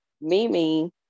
Mimi